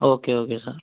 okay okay sir